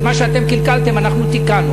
את מה שאתם קלקלתם אנחנו תיקנו.